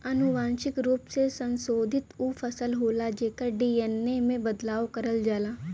अनुवांशिक रूप से संशोधित उ फसल होला जेकर डी.एन.ए में बदलाव करल जाला